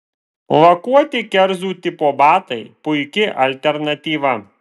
lakuoti kerzų tipo batai puiki alternatyva